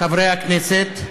חברי הכנסת,